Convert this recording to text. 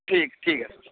ٹھیک ٹھیک ہے